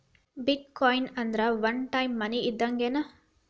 ಬಿಟ್ coin ಅಂದ್ರ ಒಂದ type money ಇದ್ದಂಗ್ಗೆನ್